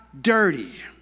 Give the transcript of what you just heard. dirty